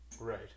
Right